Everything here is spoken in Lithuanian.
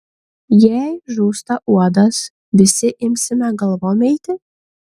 jei žūsta uodas visi imsime galvom eiti